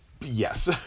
Yes